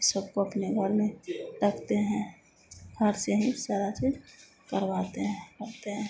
सबको अपने घर में रखते हैं घर से ही सारा चीज करवाते हैं करते हैं